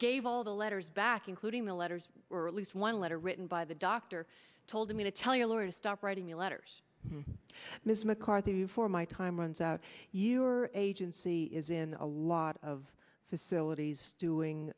gave all the letters back including the letters were at least one letter written by the doctor told me to tell your lawyers stop writing me letters miss mccarthy before my time runs out your agency he is in a lot of facilities doing